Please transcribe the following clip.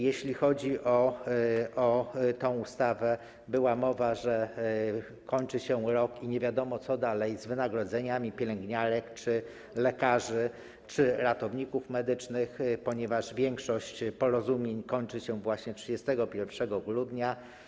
Jeśli chodzi o tę ustawę, była mowa o tym, że kończy się rok i nie wiadomo, co dalej z wynagrodzeniami pielęgniarek, lekarzy czy ratowników medycznych, ponieważ większość porozumień kończy się właśnie 31 grudnia.